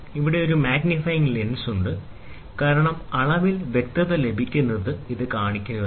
ഇവിടെ ഒരു magnifying lens ഉണ്ട് കാരണം അളവിൽ വ്യക്തത ലഭിക്കുന്നതിന് ഇത് കാണിക്കുന്നതിന്